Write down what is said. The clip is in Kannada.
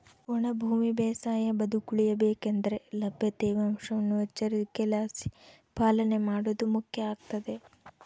ಒಣ ಭೂಮಿ ಬೇಸಾಯ ಬದುಕುಳಿಯ ಬೇಕಂದ್ರೆ ಲಭ್ಯ ತೇವಾಂಶವನ್ನು ಎಚ್ಚರಿಕೆಲಾಸಿ ಪಾಲನೆ ಮಾಡೋದು ಮುಖ್ಯ ಆಗ್ತದ